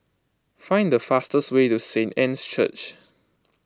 find the fastest way to Saint Anne's Church